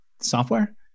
software